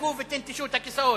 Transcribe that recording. שתסתלקו ותנטשו את הכיסאות.